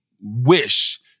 wish